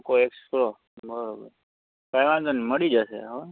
Poco X five pro કંઈ વાંધો નહીં મળી જશે આવોને